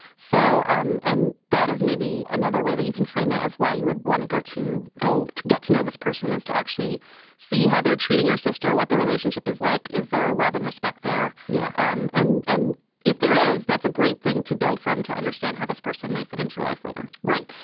so um and that is maybe another way that you can frame it as why you would want to go to gold to get to know this person is to actually see how they're treating your sister, what the relationship is like. is there love and respect there? yeah. um and and if there is, that's a great thing to build from to understand how this person may fit into your life later right.